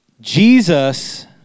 Jesus